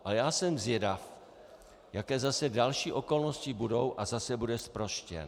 Ale já jsem zvědav, jaké zase další okolnosti budou, a zase bude zproštěn.